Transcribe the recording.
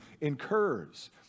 incurs